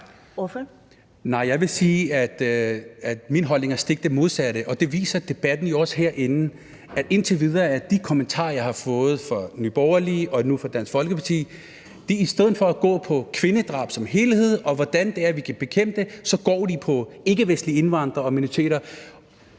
jeg vil sige, at min holdning er den stik modsatte, og det viser debatten herinde jo også – altså indtil videre er de kommentarer, jeg har fået fra Nye Borgerlige og nu fra Dansk Folkeparti, ikke gået på kvindedrab som helhed, og hvordan vi kan bekæmpe det, men i stedet på ikkevestlige indvandrere og minoriteter.